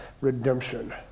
redemption